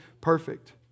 perfect